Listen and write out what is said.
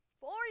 Four